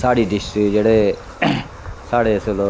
साढ़ी डिस्ट्रिक च जेह्ड़े साढ़े इसलै